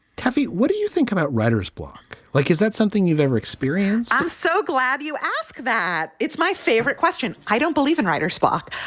tell me, what do you think about writer's block? like, is that something you've ever experienced? so glad you ask that it's my favorite question. i don't believe in writer's block.